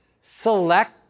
select